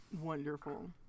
wonderful